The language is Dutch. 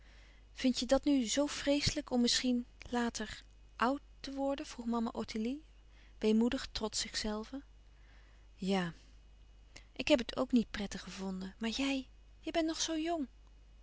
vindt je dat nu zoo vreeslijk om misschien later oùd te louis couperus van oude menschen de dingen die voorbij gaan worden vroeg mama ottilie weemoedig trots zichzelve ja ik heb het ook niet prettig gevonden maar jij je bent nog zoo jong